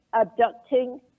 abducting